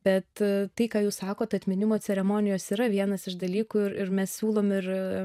bet tai ką jūs sakot atminimo ceremonijos yra vienas iš dalykų ir ir mes siūlom ir